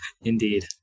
Indeed